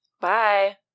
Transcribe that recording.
Bye